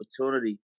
opportunity